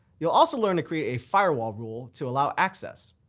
you'll also learn to create a firewall rule to allow access,